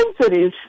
cities